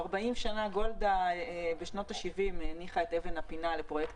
גולדה הניחה בשנות ה-70 את אבן הפינה לפרויקט